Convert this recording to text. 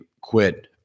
quit